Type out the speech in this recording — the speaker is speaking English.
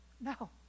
No